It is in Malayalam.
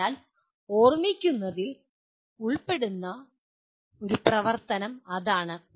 അതിനാൽ ഓർമ്മിക്കുന്നതിൽ ഉൾപ്പെടുന്ന പ്രവർത്തനം അതാണ്